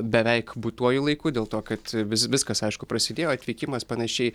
beveik būtuoju laiku dėl to kad vis viskas aišku prasidėjo atvykimas panašiai